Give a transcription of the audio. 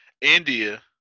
India